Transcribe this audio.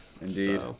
Indeed